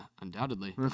Undoubtedly